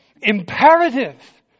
imperative